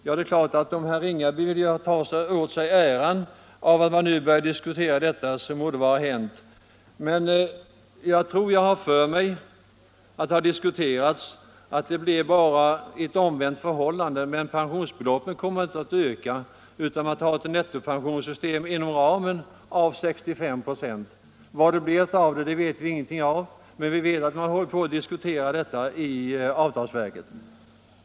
Om herr Ringaby vill ta åt sig äran av att man nu börjar diskutera detta, må det ju vara hänt. Jag har dock för mig att det har sagts att det bara blir ett omvänt förhållande, medan pensionsbeloppet inte kommer att öka. Man får ett nettopensionssystem inom ramen av 65 96. Vad det blir av det vet vi ingenting om, men vi vet att man håller på att diskutera detta i avtalsverket.